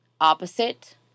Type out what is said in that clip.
opposite